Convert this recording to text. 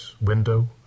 window